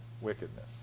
wickedness